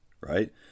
right